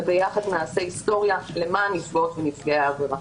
וביחד נעשה היסטוריה למען נפגעות ונפגעי העבירה.